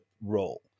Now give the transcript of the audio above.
role